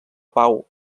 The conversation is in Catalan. pau